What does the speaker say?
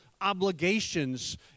obligations